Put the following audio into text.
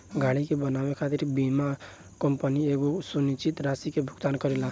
गाड़ी के बनावे खातिर बीमा कंपनी एगो सुनिश्चित राशि के भुगतान करेला